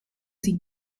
sie